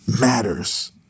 matters